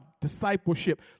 discipleship